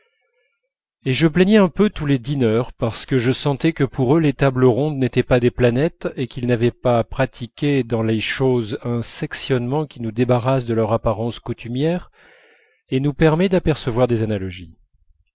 et je plaignais un peu tous les dîneurs parce que je sentais que pour eux les tables rondes n'étaient pas des planètes et qu'ils n'avaient pas pratiqué dans les choses un sectionnement qui nous débarrasse de leur apparence coutumière et nous permet d'apercevoir des analogies